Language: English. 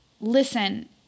listen